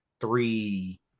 Three